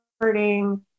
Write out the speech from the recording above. hurting